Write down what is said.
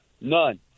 None